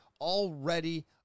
already